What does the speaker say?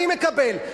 אני מקבל.